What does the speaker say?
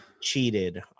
cheated